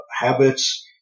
habits